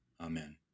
amen